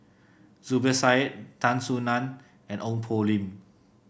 Zubir Said Tan Soo Nan and Ong Poh Lim